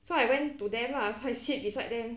so I went to them lah so I sit beside them